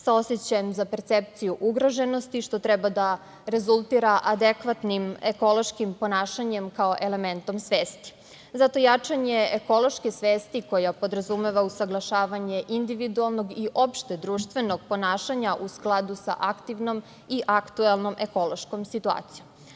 sa osećajem za percepciju ugroženosti, što treba da rezultira adekvatnim ekološkim ponašanjem, kao elementom svesti. Zato je potrebno jačanje ekološke svesti koja podrazumeva usaglašavanje individualnog i opštedruštvenog ponašanja, u skladu sa aktivnom i aktuelnom ekološkom situacijom.